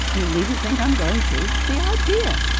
you needn't think i'm going to. the idea!